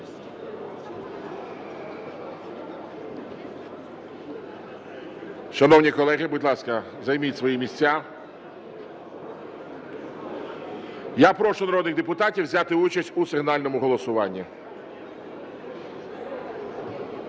Шановні колеги, будь ласка, займіть свої місця. Я прошу народних депутатів взяти участь у сигнальному голосуванні.